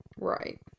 Right